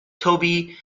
toby